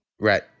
Right